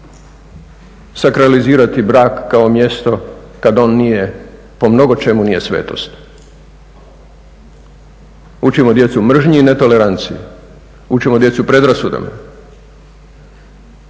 sakralizirati brak kao mjesto kad on nije, po mnogočemu nije svetost. Učimo djecu mržnji i netoleranciji, učimo djecu predrasudama.